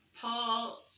Paul